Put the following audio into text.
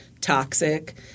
toxic